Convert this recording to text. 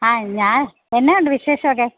ആ ഞാൻ എന്നാ ഉണ്ട് വിശേഷമൊക്കെ